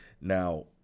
Now